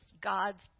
God's